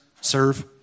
serve